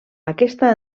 aquesta